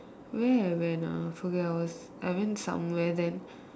where I went ah I forget I was I went somewhere then